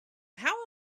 how